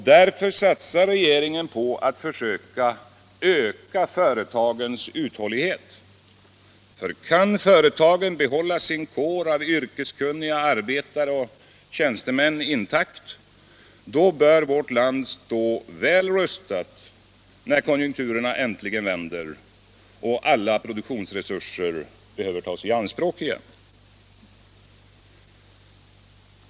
Därför satsar regeringen på att försöka öka företagens uthållighet. Kan företagen behålla sin kår av yrkeskunniga arbetare och tjänstemän intakt, bör vårt land stå väl rustat när konjunkturerna äntligen vänder och alla produktionsresurser behöver tas i anspråk igen.